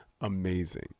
amazing